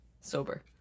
Sober